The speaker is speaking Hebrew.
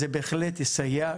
זה בהחלט יסייע,